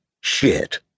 Shit